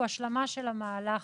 השלמה של המהלך